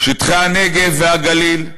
שטחי הנגב והגליל,